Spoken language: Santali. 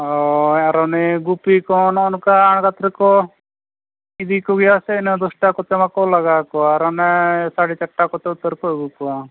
ᱦᱳᱭ ᱟᱨ ᱩᱱᱤ ᱜᱩᱯᱤ ᱠᱚ ᱱᱚᱜᱼᱚᱸᱭ ᱱᱚᱝᱠᱟ ᱟᱬᱜᱟᱛ ᱨᱮᱠᱚ ᱤᱫᱤ ᱠᱚᱜᱮᱭᱟ ᱥᱮ ᱤᱱᱟᱹ ᱫᱚᱥᱴᱟ ᱠᱚᱛᱮ ᱵᱟᱠᱚ ᱞᱟᱸᱜᱟ ᱠᱚᱣᱟ ᱟᱨ ᱚᱱᱮ ᱥᱟᱲᱮ ᱪᱟᱨᱴᱟ ᱠᱚᱛᱮ ᱩᱛᱟᱹᱨ ᱠᱚ ᱟᱹᱜᱩ ᱠᱚᱣᱟ